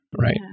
Right